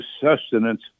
sustenance